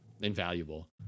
invaluable